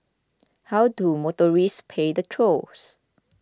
how do motorists pay the tolls